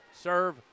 serve